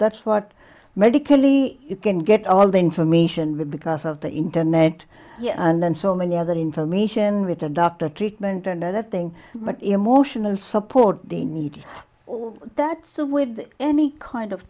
that's what medically you can get all the information because of the internet and so many other information with a doctor treatment another thing but emotional support they need all that so with any kind of